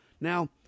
now